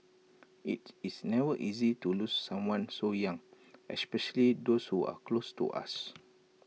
IT is never easy to lose someone so young especially those who are close to us